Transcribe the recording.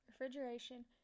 refrigeration